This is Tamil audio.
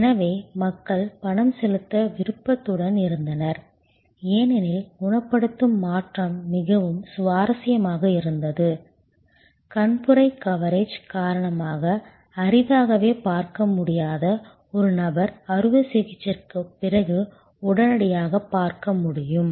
எனவே மக்கள் பணம் செலுத்த விருப்பத்துடன் இருந்தனர் ஏனெனில் குணப்படுத்தும் மாற்றம் மிகவும் சுவாரஸ்யமாக இருந்தது கண்புரை கவரேஜ் காரணமாக அரிதாகவே பார்க்க முடியாத ஒரு நபர் அறுவை சிகிச்சைக்குப் பிறகு உடனடியாக பார்க்க முடியும்